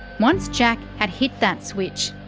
once jack had hit that switch,